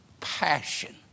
passion